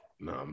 No